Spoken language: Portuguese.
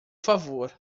favor